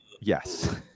Yes